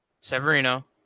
Severino